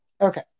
okay